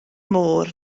môr